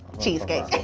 cheesecake.